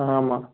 ஆமாம்